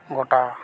ᱜᱚᱴᱟ